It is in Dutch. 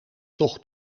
tocht